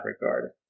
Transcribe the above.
regard